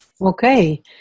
Okay